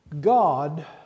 God